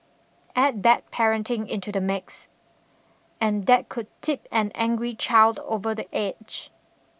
add bad parenting into the mix and that could tip an angry child over the edge